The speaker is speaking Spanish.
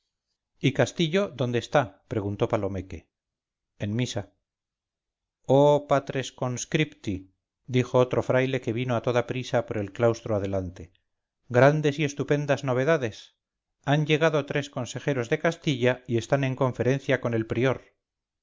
y castillo dónde está preguntó palomeque en misa oh patres conscripti dijo otro fraile que vino a toda prisa por el claustro adelante grandes y estupendas novedades han llegado tres consejeros de castilla y están en conferencia con el prior